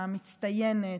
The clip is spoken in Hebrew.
המצטיינת,